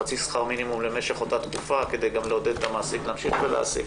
חצי שכר מינימום למשך אותה תקופה כדי לעודד את המעסיק להמשיך ולהעסיק.